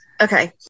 Okay